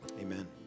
amen